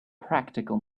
practical